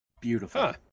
Beautiful